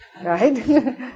right